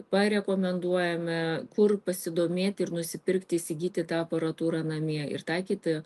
parekomenduojame kur pasidomėti ir nusipirkti įsigyti tą aparatūrą namie ir taikyti